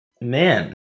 man